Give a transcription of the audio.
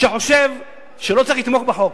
שחושב שלא צריך לתמוך בחוק.